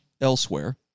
elsewhere